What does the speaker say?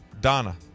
Donna